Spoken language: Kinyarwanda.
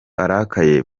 arakaye